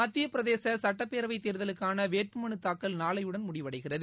மத்திய பிரதேச சட்டப்பேரவைத் தேர்தலுக்கான வேட்புமனு தாக்கல் நாளையுடன் முடிவடைகிறது